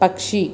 పక్షి